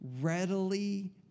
readily